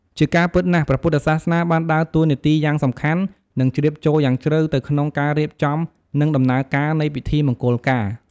ជាការពិតណាស់ ព្រះពុទ្ធសាសនាបានដើរតួនាទីយ៉ាងសំខាន់ និងជ្រាបចូលយ៉ាងជ្រៅទៅក្នុងការរៀបចំ និងដំណើរការនៃពិធីមង្គលការ។